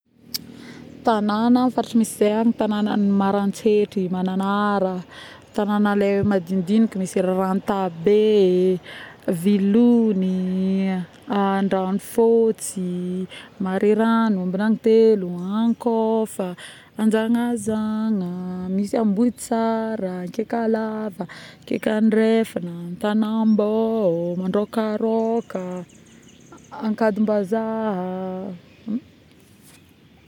Tagnana faritry zay misy agny tanagna ny Maroantsetra, Magnanara, tagnana le madignidigniky misy: Rarantabe, Vilogny, Andragnofôtsy, Mareragno, Ambiragnotelo, Ankôfa, Anjagnazagna, misy Ambohitsra, Ankekalava, Ankekandrefagna, Antagnabao, Mandrôkarôka, ˂hesitation˃ Ankadimbazaha